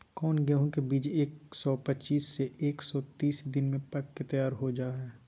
कौन गेंहू के बीज एक सौ पच्चीस से एक सौ तीस दिन में पक के तैयार हो जा हाय?